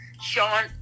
Sean